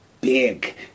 big